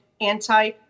anti-